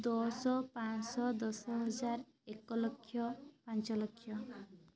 ଦଶ ପାଞ୍ଚଶହ ଦଶ ହଜାର ଏକ ଲକ୍ଷ ପାଞ୍ଚ ଲକ୍ଷ